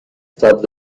سبز